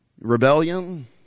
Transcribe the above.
Rebellion